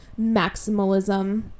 maximalism